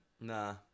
Nah